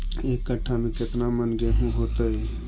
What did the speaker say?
एक कट्ठा में केतना मन गेहूं होतै?